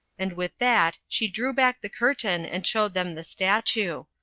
and with that she drew back the curtain and showed them the statue.